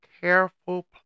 careful